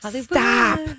Stop